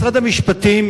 משרד המשפטים,